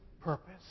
purpose